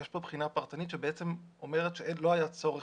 יש פה בחינה פרטנית שאומרת שלא היה צורך